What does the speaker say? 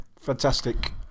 fantastic